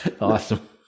Awesome